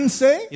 say